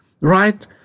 right